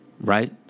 right